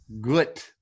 good